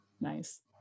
nice